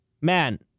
Man